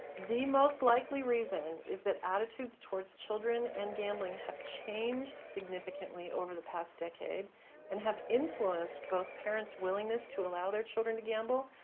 the most likely reason is that attitudes towards children and gambling have changed significantly over the past decade and have influenced, both parents' willingness to allow their children to gamble,